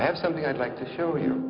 i have something i'd like to show